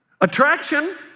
Attraction